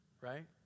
right